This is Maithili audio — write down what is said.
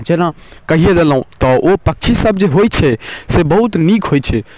जेना कहिए देलहुँ तऽ ओ पक्षीसब जे होइ छै से बहुत नीक होइ छै